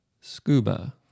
Scuba